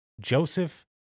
Joseph